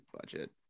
budget